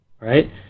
right